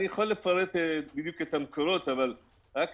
אני יכול לפרט בדיוק את המקורות אבל רק